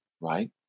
Right